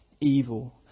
evil